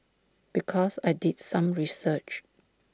because I did some research